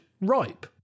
ripe